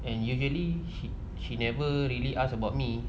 and usually she she never really ask about me